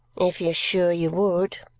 if you're sure you would,